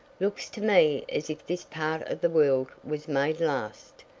looks to me as if this part of the world was made last,